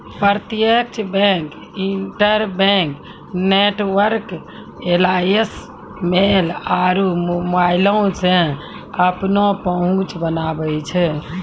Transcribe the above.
प्रत्यक्ष bank, interbank network alliance, mail आरु मोबाइलो से अपनो पहुंच बनाबै छै